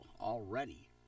already